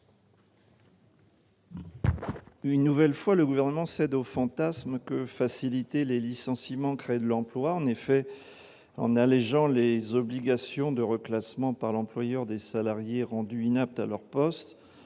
Une nouvelle fois le gouvernement cède au fantasme que faciliter les licenciements, créer de l'emploi, en effet, en allégeant les obligations de reclassements par l'employeur des salariés rendu inaptes à leur poste,